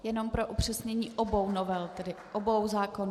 Jenom pro upřesnění: obou novel, tedy obou zákonů?